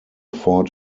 fort